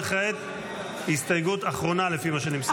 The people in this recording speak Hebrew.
וכעת, הסתייגות אחרונה, לפי מה שנמסר לי.